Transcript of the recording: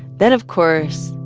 then, of course,